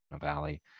Valley